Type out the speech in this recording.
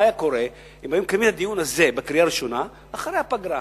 מה היה קורה אם היינו מקיימים את הדיון הזה בקריאה ראשונה אחרי הפגרה?